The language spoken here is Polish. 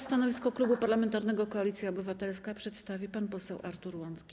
Stanowisko Klubu Parlamentarnego Koalicja Obywatelska przedstawi pan poseł Artur Łącki.